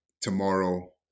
tomorrow